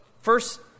first